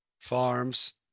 farms